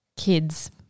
kids